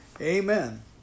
Amen